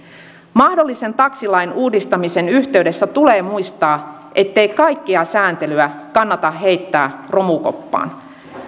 mahdollisen taksilain uudistamisen yhteydessä tulee muistaa ettei kaikkea sääntelyä kannata heittää romukoppaan